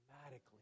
dramatically